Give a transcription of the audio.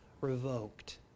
revoked